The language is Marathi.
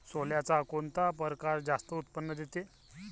सोल्याचा कोनता परकार जास्त उत्पन्न देते?